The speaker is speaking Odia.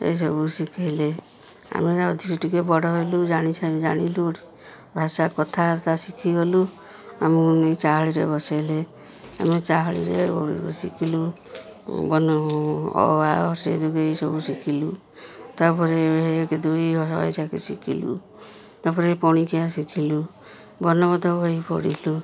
ଏସବୁ ଶିଖେଇଲେ ଆମେ ଅଧିକ ଟିକେ ବଡ଼ ହେଲୁ ଜାଣି ଜାଣିଲୁ ଭାଷା କଥାବାର୍ତ୍ତା ଶିଖିଗଲୁ ଆମକୁ ନେଇ ଚାହାଳିରେ ବସେଇଲେ ଆମେ ଚାହାଳିରେ ଶିଖିଲୁ ଅ ଆ ହ୍ରସ୍ୱଇ ଦୀର୍ଘଇ ଏସବୁ ଶିଖିଲୁ ତା'ପରେ ଏକ ଦୁଇ ଶହେ ଯାକେ ଶିଖିଲୁ ତା'ପରେ ପଣିକିଆ ଶିଖିଲୁ ବର୍ଣ୍ଣବୋଧ ବହି ପଢ଼ିଲୁ